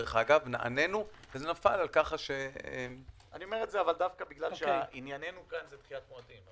זה נפל ככה ש- - ענייננו הוא דחיית מועדים,